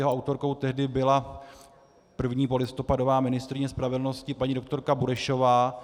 Jeho autorkou tehdy byla první polistopadová ministryně spravedlnosti paní doktorka Burešová.